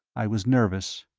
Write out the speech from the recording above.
i was nervous.